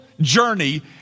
journey